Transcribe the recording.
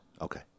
okay